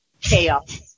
chaos